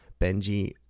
Benji